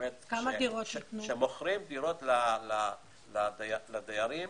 כשמוכרים דירות לדיירים,